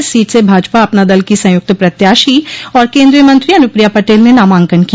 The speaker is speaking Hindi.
इस सीट से भाजपा अपना दल की संयुक्त प्रत्याशी और केन्द्रीय मंत्री अनुप्रिया पटेल ने नामांकन किया